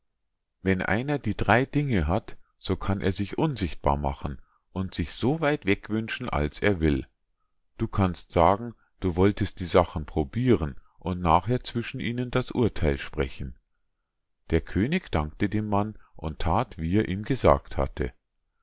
wenn einer die drei dinge hat so kann er sich unsichtbar machen und sich so weit weg wünschen als er will du kannst sagen du wolltest die sachen probiren und nachher zwischen ihnen das urtheil sprechen der könig dankte dem mann und that wie er ihm gesagt hatte